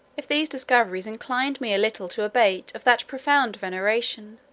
if these discoveries inclined me a little to abate of that profound veneration,